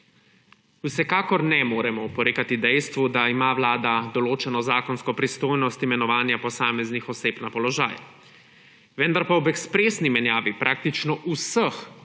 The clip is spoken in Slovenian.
Vsekakor ne moremo oporekati dejstvu, da ima vlada določeno zakonsko pristojnost imenovanja posameznih oseb na položaje. Vendar pa ob ekspresni menjavi praktično vseh